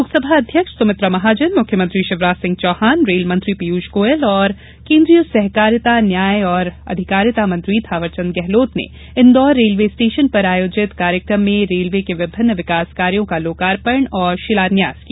लोकसभा अध्यक्ष सुमित्रा महाजन मुख्यमंत्री शिवराज सिंह चौहान रेल मंत्री पीयूष गोयल और केन्द्रीय सहकारिता न्याय तथा अधिकारिता मंत्री थावरचंद गेहलोत ने इंदौर रेलवे स्टेशन पर आयोजित कार्यक्रम में रेलवे के विभिन्न विकास कार्यों का लोकार्पण और शिलान्यास किया